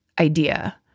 idea